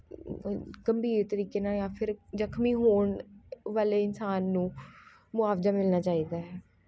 ਗੰਭੀਰ ਤਰੀਕੇ ਨਾਲ ਜਾਂ ਫਿਰ ਜਖ਼ਮੀ ਹੋਣ ਵਾਲੇ ਇਨਸਾਨ ਨੂੰ ਮੁਆਵਜ਼ਾ ਮਿਲਣਾ ਚਾਹੀਦਾ ਹੈ